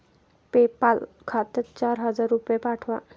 PayPal खात्यात चार हजार रुपये पाठवा